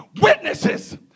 witnesses